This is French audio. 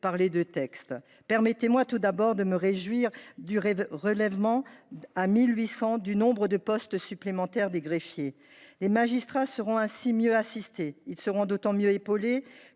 par les deux textes. Permettez-moi tout d’abord de me réjouir du relèvement à 1 800 du nombre de postes supplémentaires de greffiers. Les magistrats seront ainsi mieux assistés. Ils seront d’autant mieux épaulés